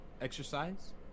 exercise